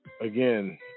again